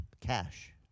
cash